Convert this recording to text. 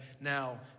now